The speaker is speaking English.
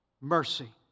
mercy